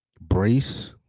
brace